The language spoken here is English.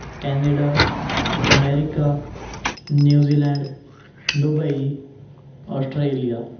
Canada America New Zealand Dubai Australia